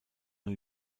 new